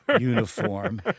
Uniform